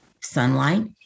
Sunlight